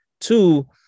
two